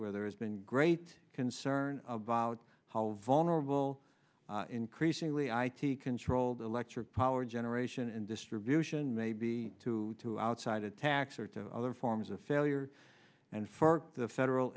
where there has been great concern about how vulnerable increasingly i t controlled electric power generation and distribution may be to to outside attacks or to other forms of failure and for the federal